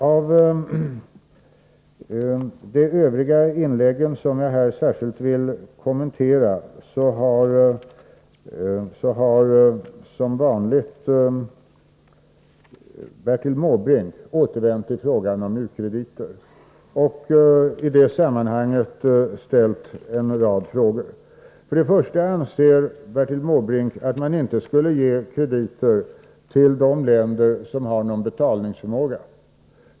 I de övriga inlägg som jag här särskilt vill kommentera har som vanligt Bertil Måbrink återvänt till frågan om u-landskrediterna och i det sammanhanget ställt en rad frågor. Först och främst anser Bertil Måbrink att man inte skall ge krediter till de länder som har någon återbetalningsförmåga.